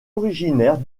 originaire